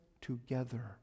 together